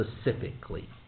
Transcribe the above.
specifically